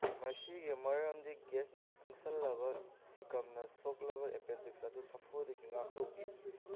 ꯃꯁꯤꯒꯤ ꯃꯔꯝꯗꯤ ꯒ꯭ꯌꯥꯁꯅ ꯇꯨꯡꯁꯜꯂꯕ ꯁꯦꯀꯝꯅ ꯁꯣꯛꯂꯕ ꯑꯦꯄꯦꯟꯗꯤꯛꯁ ꯑꯗꯨ ꯁꯥꯐꯨꯗꯒꯤ ꯉꯥꯛꯊꯣꯛꯏ